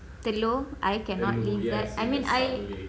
telur I cannot leave that I mean I